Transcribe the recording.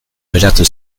geratu